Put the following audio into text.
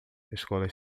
escolas